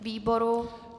Výboru?